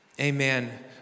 Amen